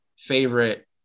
Favorite